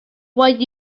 what